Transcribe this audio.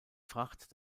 fracht